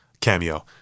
cameo